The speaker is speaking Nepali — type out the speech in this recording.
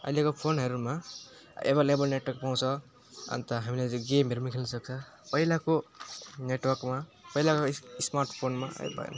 अहिलेको फोनहरूमा एभेइलेबल नेटवर्क पाउँछ अनि त हामीले चाहिँ गेमहरू पनि खेल्न सक्छ पहिलाको नेटवर्कमा पहिलाको स्मार्टफोनमा ए भएन